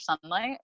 sunlight